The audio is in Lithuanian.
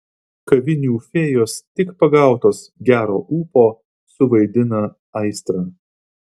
kavinių fėjos tik pagautos gero ūpo suvaidina aistrą